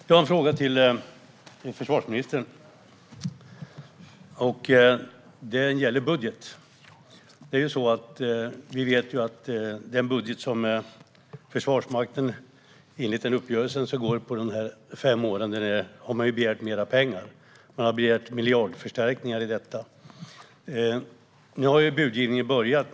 Herr talman! Jag har en fråga till försvarsministern. Den gäller budget. Vi vet att man har begärt mer pengar utöver den budget som Försvarsmakten har under fem år enligt uppgörelsen. Man har begärt miljardförstärkningar. Nu har budgivningen börjat.